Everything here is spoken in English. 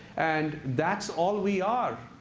and that's all we are.